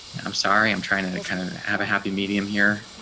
i'm sorry. i'm trying to kind of have a happy medium here.